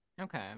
Okay